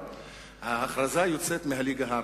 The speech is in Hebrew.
ההכרזה יוצאת מהליגה הערבית,